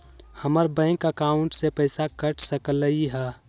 हमर bank account से पैसा कट सकलइ ह?